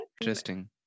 Interesting